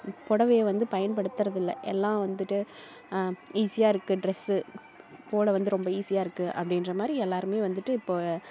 புடவையை வந்து பயன்படுத்துகிறது இல்லை எல்லாம் வந்துட்டு ஈஸியாக இருக்குது டிரெஸ்ஸு போட வந்து ரொம்ப ஈஸியாக இருக்குது அப்படின்ற மாதிரி எல்லோருமே வந்துட்டு இப்போ